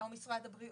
או משרד הבריאות.